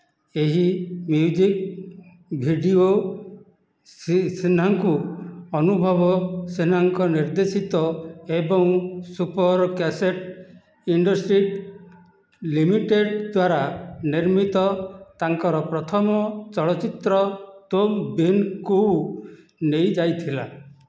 ଏହି music video ସିହ୍ନାଙ୍କୁ ଅନୁଭବ ସିହ୍ନାଙ୍କ ନିର୍ଦ୍ଦେଶିତ ଏବଂ ସୁପର କ୍ୟାସେଟ୍ ଇଣ୍ଡଷ୍ଟ୍ରିଜ୍ ଲିମିଟେଡ଼୍ ଦ୍ୱାରା ନିର୍ମିତ ତାଙ୍କର ପ୍ରଥମ ଚଳଚ୍ଚିତ୍ର ତୁମ୍ ବିନ୍ କୁ ନେଇଯାଇଥିଲା